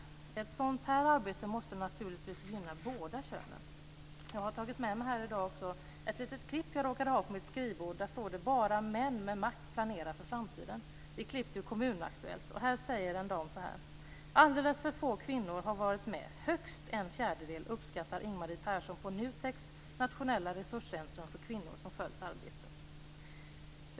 Ett sådant arbete måste naturligtvis gynna båda könen. Jag har i dag tagit med mig ett litet klipp jag råkade ha på mitt skrivbord. Där står det: "Bara män med makt planerar för framtiden." Det är klippt ur Kommun-Aktuellt. Det står så här: "- Alldeles för få kvinnor har varit med, högst en fjärdedel, uppskattar IngMarie Persson på NUTEK:s nationella resurscentrum för kvinnor, som följt arbetet."